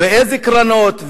ואיזה קרנות,